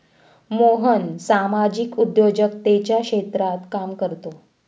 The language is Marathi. मोहन सामाजिक उद्योजकतेच्या क्षेत्रात काम करतो